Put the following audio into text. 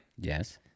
Yes